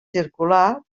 circular